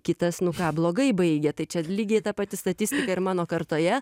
kitas nu ką blogai baigė tai čia lygiai ta pati statistika ir mano kartoje